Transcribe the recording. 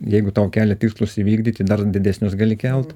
jeigu tau kelia tikslus įvykdyti dar didesnius gali kelt